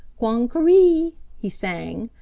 quong-ka-reee! he sang.